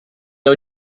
was